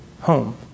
home